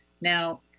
Now